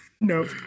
No